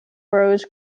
rose